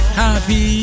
happy